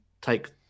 take